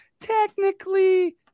technically